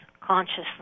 Consciously